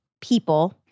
people